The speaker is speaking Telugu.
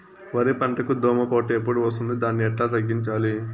వరి పంటకు దోమపోటు ఎప్పుడు వస్తుంది దాన్ని ఎట్లా తగ్గించాలి?